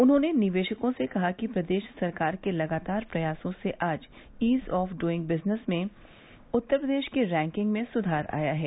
उन्होंने निवेशकों से कहा कि प्रदेश सरकार के लगातार प्रयासों से आज ईज ऑफ ड्रइंग बिजनेस में उत्तर प्रदेश की रैंकिंग में सुधार आया है